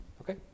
Okay